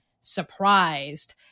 surprised